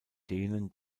denen